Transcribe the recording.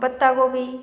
पत्तागोबी